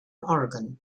oregon